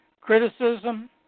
criticism